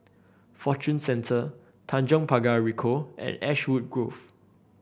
Fortune Centre Tanjong Pagar Ricoh and Ashwood Grove